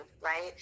right